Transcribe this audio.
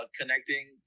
connecting